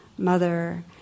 mother